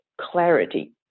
clarity